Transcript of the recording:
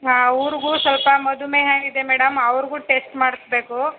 ಹಾಂ ಅವ್ರಿಗೂ ಸ್ವಲ್ಪ ಮಧುಮೇಹ ಇದೆ ಮೇಡಮ್ ಅವ್ರಿಗೂ ಟೆಸ್ಟ್ ಮಾಡಿಸ್ಬೇಕು